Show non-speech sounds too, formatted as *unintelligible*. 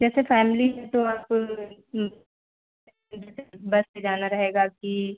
जैसे फ़ैमिली है तो आप *unintelligible* बस से जाना रहेगा कि